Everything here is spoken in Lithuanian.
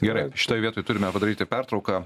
gerai šitoj vietoj turime padaryti pertrauką